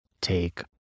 take